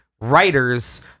writers